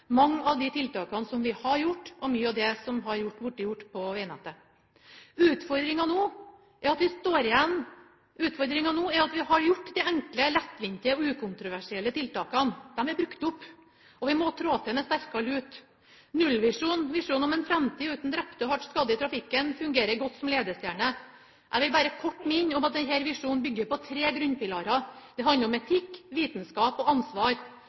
mange av de tiltakene som vi har gjort, og mye av det som har vært gjort på vegnettet. Utfordringa nå er at vi har gjort de enkle, lettvinte og ukontroversielle tiltakene – de er brukt opp. Vi må trå til med sterkere lut. Nullvisjonen – visjonen om en framtid uten drepte og hardt skadde i trafikken – fungerer godt som ledestjerne. Jeg vil bare kort minne om at denne visjonen bygger på tre grunnpilarer – det handler om etikk, vitenskap og ansvar.